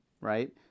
right